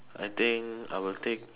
I think I will take